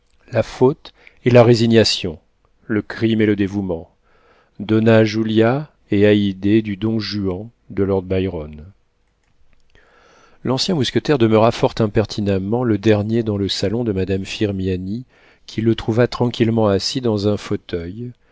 la faute et la résignation le crime et le dévouement dona julia et haïdée du don juan de lord byron l'ancien mousquetaire demeura fort impertinemment le dernier dans le salon de madame firmiani qui le trouva tranquillement assis dans un fauteuil